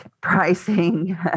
pricing